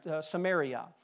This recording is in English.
Samaria